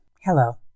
Hello